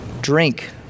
drink